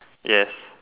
yes